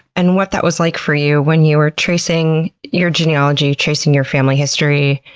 and what that was like for you when you were tracing your genealogy, tracing your family history,